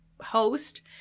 host